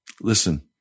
Listen